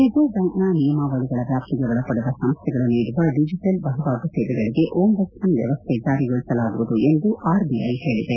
reserve ಬ್ಲಾಂಕ್ನ ನಿಯಮಾವಳಿಗಳ ವ್ಲಾಪ್ತಿಗೆ ಒಳಪಡುವ ಸಂಸ್ಥೆಗಳು ನೀಡುವ ಡಿಜಿಟಲ್ ವಹಿವಾಟು ಸೇವೆಗಳಿಗೆ ಓಂಬುಡ್ಸ್ಮನ್ ವ್ಯವಸ್ಥೆ ಜಾರಿಗೊಳಿಸಲಾಗುವುದು ಎಂದು ಆರ್ಬಿಐ ಹೇಳಿದೆ